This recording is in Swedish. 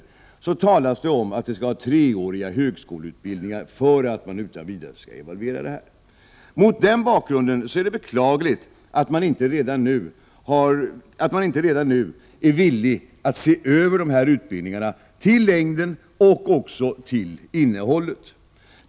Det talas om att det behövs treåriga högskoleutbildningar för att man skall stå sig vid en sådan evaluering. Det är därför beklagligt att man inte redan nu är villig att se över dessa utbildningars längd och även deras innehåll.